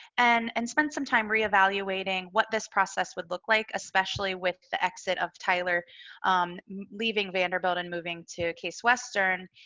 and and spend some time reevaluating what the process would look like especially with the exit of tyler leaving vanderbilt and moving to case western.